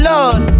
Lord